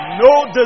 No